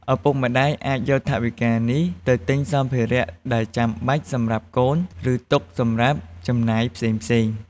ឪពុកម្តាយអាចយកថវិកានេះទៅទិញសម្ភារៈដែលចាំបាច់សម្រាប់កូន ឬទុកសម្រាប់ចំណាយផ្សេងៗ។